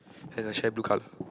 and her chair blue colour